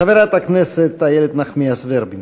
חברת הכנסת איילת נחמיאס ורבין.